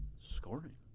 scoring